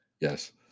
Yes